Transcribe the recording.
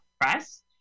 Press